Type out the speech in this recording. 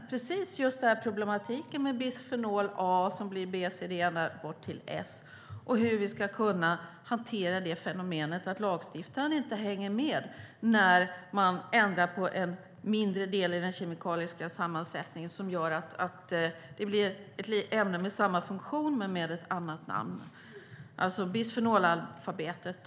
Det handlar just om problematiken med bisfenol A, som blir B, C, D ända bort till S, och hur vi ska kunna hantera att lagstiftaren inte hänger med när man ändrar på en mindre del i den kemikaliska sammansättningen så att det blir ett ämne med samma funktion men med ett annat namn, alltså bisfenolalfabetet.